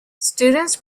students